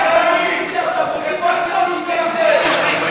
איפה הציונות של כולם?